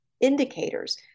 indicators